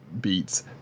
beats